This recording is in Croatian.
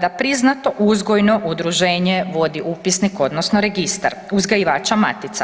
da priznato uzgojno udruženje vodi upisnik odnosno Registar uzgajivača matica.